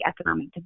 Economic